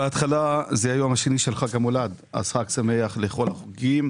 זה היום השני של חג המולד, אז חג שמח לכל החוגגים.